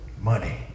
money